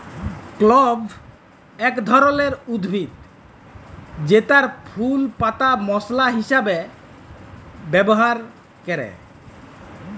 clove এক ধরলের উদ্ভিদ জেতার ফুল পাতা মশলা হিসাবে ব্যবহার ক্যরে